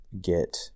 get